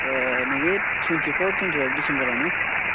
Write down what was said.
नैबे twenty four twenty five डिसेम्बरावनो